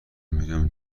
میرم